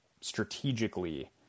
strategically